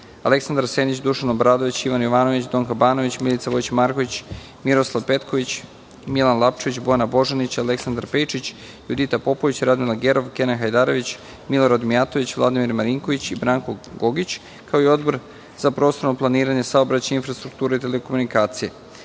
Aleksandar Senić, Dušan Obradović, Ivan Jovanović, Donka Banović, Milica Vojić Marković, Miroslav Petković, Milan Lapčević, Bojana Božanić, Aleksandar Pejčić, Judita Popović, Radmila Gerov, Kenan Hajdarević, Milorad Mijatović, Vladimir Marinković i Branko Gogić, kao i Odbor za prostorno planiranje, saobraćaj, infrastrukturu i telekomunikacije. Primili